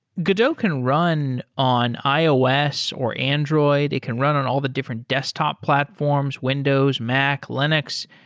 godot can run on ios or android. it can run on all the different desktop platforms, windows, mac, linux.